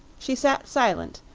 she sat silent,